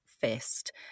fist